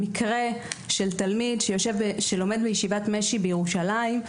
מקרה של תלמיד שלומד בישיבת "מש"י" בירושלים,